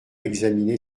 examiné